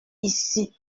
ici